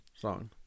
song